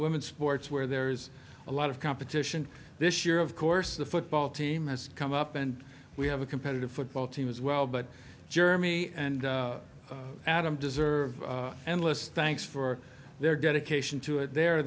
women sports where there's a lot of competition this year of course the football team has come up and we have a competitive football team as well but germany and adam deserve endless thanks for their dedication to